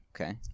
Okay